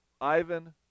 Ivan